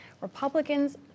Republicans